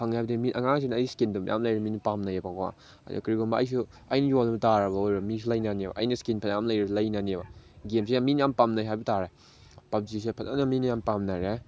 ꯐꯪꯉꯦ ꯍꯥꯏꯕꯗꯤ ꯑꯉꯥꯡꯁꯤꯡꯅ ꯑꯩ ꯏꯁꯀꯤꯟꯗꯣ ꯃꯌꯥꯝ ꯂꯩꯔꯝꯅꯤꯅ ꯄꯥꯝꯅꯩꯌꯦꯕꯀꯣ ꯑꯗꯣ ꯀꯔꯤꯒꯨꯝꯕ ꯑꯩꯁꯨ ꯑꯩꯅ ꯌꯣꯟꯕ ꯇꯥꯕ ꯑꯣꯏꯔꯣ ꯃꯤꯁꯨ ꯂꯩꯅꯅꯦꯕ ꯑꯩꯅ ꯏꯁꯀꯤꯟ ꯐꯅ ꯌꯥꯝ ꯂꯩꯔꯦ ꯂꯩꯅꯅꯦꯕ ꯒꯦꯝꯁꯦ ꯃꯤꯅ ꯌꯥꯝ ꯄꯥꯝꯅꯩ ꯍꯥꯏꯕ ꯇꯥꯔꯦ ꯄꯞꯖꯤꯁꯦ ꯐꯖꯅ ꯃꯤꯅ ꯌꯥꯝ ꯄꯥꯝꯅꯔꯦ